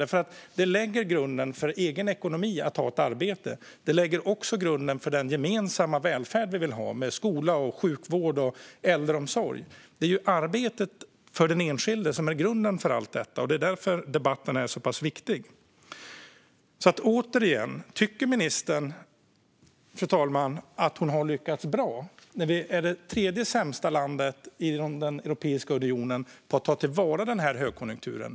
Det lägger nämligen grunden för en egen ekonomi att ha ett arbete, och det lägger grunden för den gemensamma välfärd vi vill ha med skola, sjukvård och äldreomsorg. Det är arbetet för den enskilde som är grunden för allt detta, och det är därför debatten är så pass viktig. Min fråga är därför återigen, fru talman: Tycker ministern att hon har lyckats bra när vi är det tredje sämsta landet inom Europeiska unionen på att ta till vara högkonjunkturen?